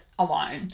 alone